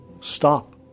stop